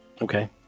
Okay